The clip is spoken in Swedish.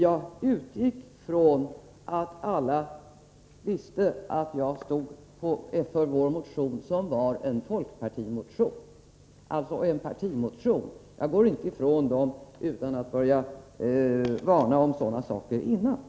Jag utgick från att alla visste att jag stod för vår motion, som var en partimotion från folkpartiet. Jag går inte ifrån partimotioner utan att varna om sådana saker i förväg.